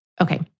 Okay